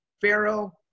pharaoh